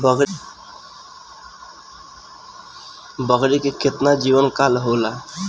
बकरी के केतना जीवन काल होला?